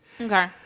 Okay